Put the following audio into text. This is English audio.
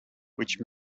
which